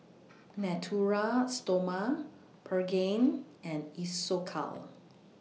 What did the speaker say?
Natura Stoma Pregain and Isocal